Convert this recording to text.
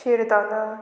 शिरदोना